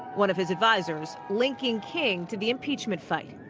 one of his advisors linking king to the impeachment fight.